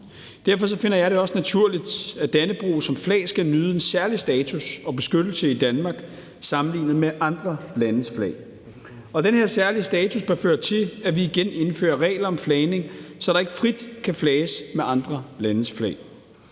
Derfor finder jeg det også naturligt, at Dannebrog som flag skal nyde en særlig status og beskyttelse i Danmark sammenlignet med andre landes flag, og den her særlige status bør føre til, at vi igen indfører regler om flagning, så der ikke frit kan flages med andre landes flag.